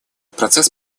процесс